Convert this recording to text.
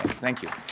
thank you.